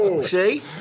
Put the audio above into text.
See